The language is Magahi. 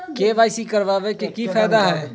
के.वाई.सी करवाबे के कि फायदा है?